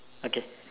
okay